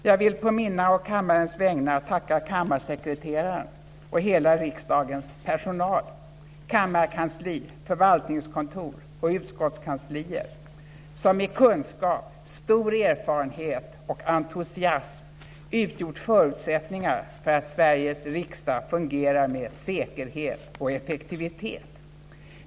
Jag vill på mina och kammarens vägnar tacka kammarsekreteraren och hela riksdagens personal, kammarkansli, förvaltningskontor och utskottskanslier som med kunskap, stor erfarenhet och entusiasm utgjort förutsättningar för att Sveriges riksdag fungerar med säkerhet och effektivitet.